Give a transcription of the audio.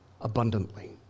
abundantly